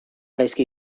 gaizki